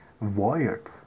wired